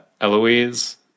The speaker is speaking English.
Eloise